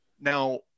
Now